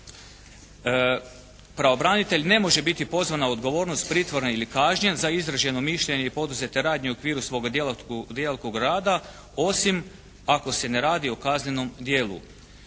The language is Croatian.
Pravobranitelj ne može biti pozvan na odgovornost pritvora ili kažnjen za izraženo mišljenje i poduzete radnje u okviru svoga djelokruga rada osim ako se ne radi o kaznenom djelu.